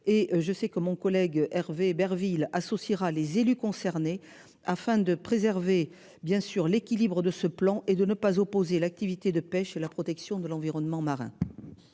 je sais que mon collègue Hervé Berville associera les élus concernés afin de préserver bien sûr l'équilibre de ce plan et de ne pas opposer l'activité de pêche et la protection de l'environnement marin.